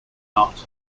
not